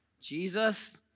Jesus